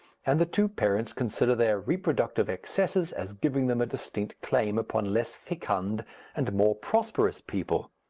and the two parents consider their reproductive excesses as giving them a distinct claim upon less fecund and more prosperous people.